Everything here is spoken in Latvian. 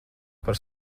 par